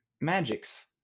magics